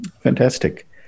Fantastic